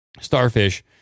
Starfish